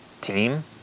team